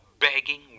begging